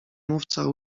mówca